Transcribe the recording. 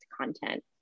content